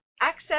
Access